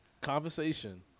Conversation